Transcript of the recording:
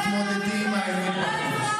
תתמודדו עם האמת.